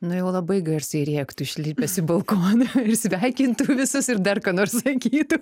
nu jau labai garsiai rėktų išlipęs į balkoną ir sveikintų visus ir dar ką nors sakytų